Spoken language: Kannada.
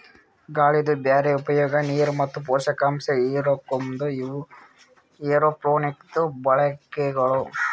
ಗಾಳಿದು ಬ್ಯಾರೆ ಉಪಯೋಗ, ನೀರು ಮತ್ತ ಪೋಷಕಾಂಶ ಹಿರುಕೋಮದು ಇವು ಏರೋಪೋನಿಕ್ಸದು ಬಳಕೆಗಳು